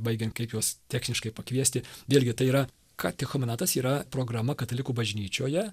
baigiant kaip juos techniškai pakviesti vėlgi tai yra katechumenatas yra programa katalikų bažnyčioje